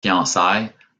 fiançailles